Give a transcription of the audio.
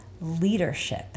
leadership